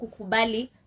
Kukubali